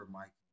Mike